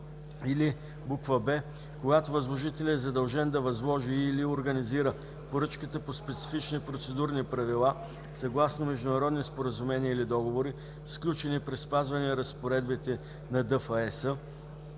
или б) когато възложителят е задължен да възложи и/или организира поръчката по специфични процедурни правила съгласно международни споразумения или договори, сключени при спазване разпоредбите на ДФЕС,